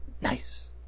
Nice